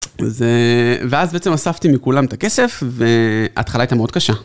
ואז בעצם אספתי מכולם את הכסף וההתחלה הייתה מאוד קשה.